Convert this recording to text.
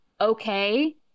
okay